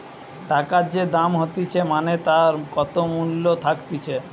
টাকার যে দাম হতিছে মানে তার কত মূল্য থাকতিছে